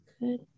Good